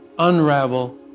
Unravel